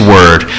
Word